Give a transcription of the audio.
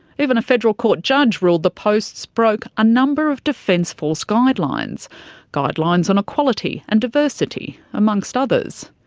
even a federal court judge ruled the posts broke a number of defence force guidelines guidelines on equality and diversity, amongst others.